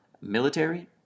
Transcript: military